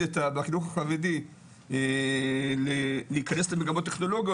בחינוך החרדי להיכנס למגמות טכנולוגיות,